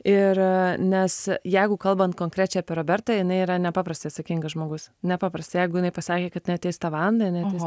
ir nes jeigu kalbant konkrečiai apie robertą jinai yra nepaprastai atsakingas žmogus nepaprastai jeigu jinai pasakė kad jinai ateis tą valandą jinai ateis